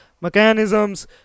mechanisms